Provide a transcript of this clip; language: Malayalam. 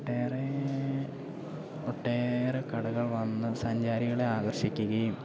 ഒട്ടേറെ ഒട്ടേറെ കടകൾ വന്ന് സഞ്ചാരികളെ ആകർഷിക്കുകയും